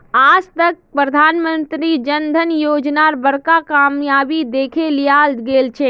आज तक प्रधानमंत्री जन धन योजनार बड़का कामयाबी दखे लियाल गेलछेक